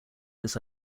this